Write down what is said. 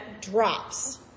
drops